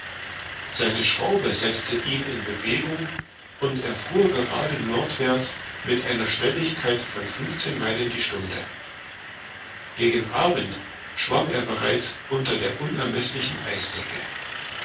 seine schraube setzte ihn in bewegung und er fuhr gerade nordwärts mit einer schnelligkeit von fünfzehn meilen die stunde gegen abend schwamm er bereits unter der unermeßlichen eisdecke